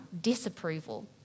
disapproval